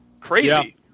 crazy